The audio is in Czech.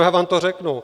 Já vám to řeknu.